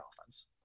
offense